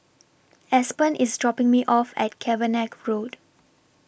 Aspen IS dropping Me off At Cavenagh Road